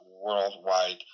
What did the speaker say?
worldwide